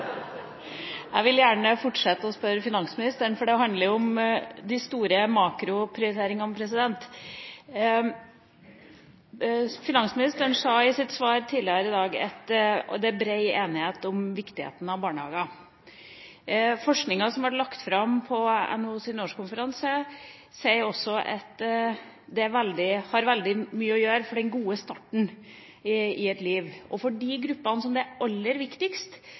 Jeg vil gjerne stille spørsmål, fortsatt til finansministeren, for det handler om de store makroprioriteringene. Finansministeren sa i sitt svar tidligere i dag at det er brei enighet om viktigheten av barnehager. Forskninga som ble lagt fram på NHOs årskonferanse, viser også at det har veldig mye å si for en god start på livet. De gruppene som det er aller viktigst